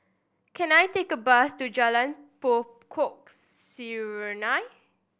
can I take a bus to Jalan Pokok Serunai